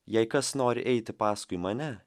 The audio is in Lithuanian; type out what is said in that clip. jei kas nori eiti paskui mane